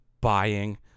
buying